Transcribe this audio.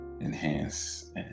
enhance